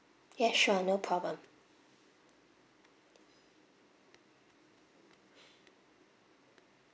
yeah sure no problem